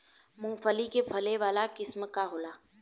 मूँगफली के फैले वाला किस्म का होला?